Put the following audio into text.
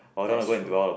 that's true